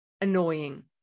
annoying